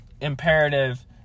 imperative